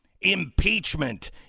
Impeachment